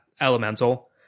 elemental